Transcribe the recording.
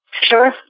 Sure